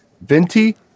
Venti